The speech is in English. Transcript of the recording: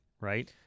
Right